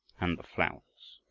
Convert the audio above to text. and the flowers!